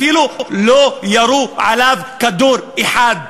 אפילו לא ירו עליו כדור אחד.